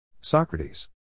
Socrates